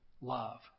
love